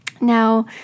now